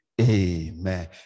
Amen